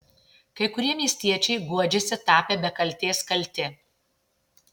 kai kurie miestiečiai guodžiasi tapę be kaltės kalti